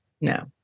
No